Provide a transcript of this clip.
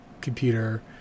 computer